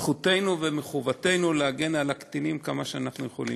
וזכותנו וחובתנו להגן על הקטינים כמה שאנחנו יכולים.